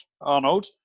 Arnold